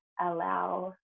allow